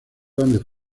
grandes